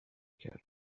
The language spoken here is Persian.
کردن